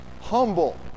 humble